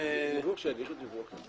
שיגישו דיווח בכתב.